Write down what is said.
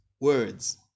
words